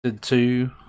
two